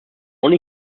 only